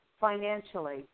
financially